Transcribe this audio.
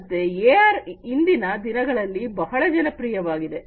ಮತ್ತೆ ಎಆರ್ ಇಂದಿನ ದಿನಗಳಲ್ಲಿ ಬಹಳ ಜನಪ್ರಿಯವಾಗಿದೆ